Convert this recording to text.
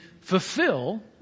fulfill